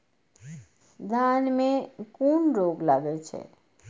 धान में कुन रोग लागे छै?